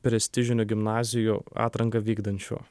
prestižinių gimnazijų atranką vykdančių